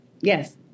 Yes